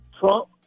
Trump